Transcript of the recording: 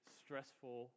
stressful